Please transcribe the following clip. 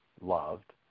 loved